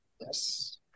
yes